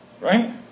Right